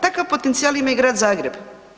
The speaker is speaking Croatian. Takav potencijal ima i Grad Zagreb.